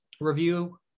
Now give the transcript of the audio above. review